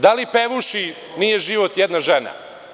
Da li pevuši – „Nije život jedna žena“